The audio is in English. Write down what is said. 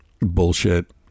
bullshit